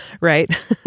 Right